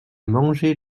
mangé